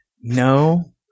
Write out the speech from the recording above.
No